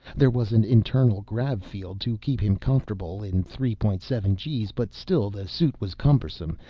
there was an internal grav field to keep him comfortable in three point seven gees, but still the suit was cumbersome,